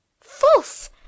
False